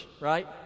right